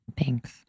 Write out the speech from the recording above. Thanks